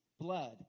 blood